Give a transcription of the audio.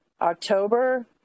October